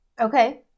Okay